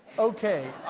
ok,